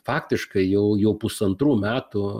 faktiškai jau jau pusantrų metų